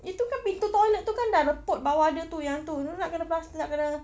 itu kan pintu toilet itu kan dah reput bawah dia itu yang itu nak kena plas~ nak kena